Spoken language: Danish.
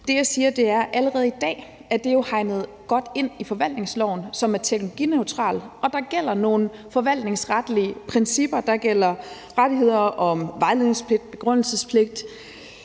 Det, jeg siger, er, at allerede i dag er det jo hegnet godt ind i forvaltningsloven, som er teknologineutral, og der gælder nogle forvaltningsretlige principper. Der gælder rettigheder om vejledningspligt, begrundelsespligt,